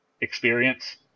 experience